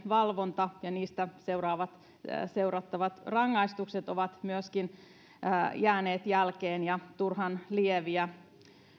valvonta ja niistä seuraavat rangaistukset ovat jääneet jälkeen ja rangaistukset ovat turhan lieviä